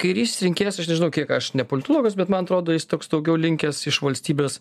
kairys rinkėjas žinau kiek aš ne politologas bet man atrodo jis toks daugiau linkęs iš valstybės